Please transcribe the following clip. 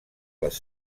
les